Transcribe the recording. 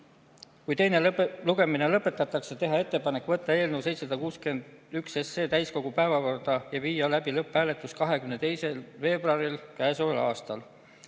kui teine lugemine lõpetatakse, siis teha ettepanek võtta eelnõu 761 täiskogu päevakorda ja viia läbi lõpphääletus 22. veebruaril käesoleval aastal.